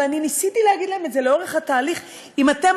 אבל ניסיתי להגיד להם את זה לאורך התהליך: אם אתם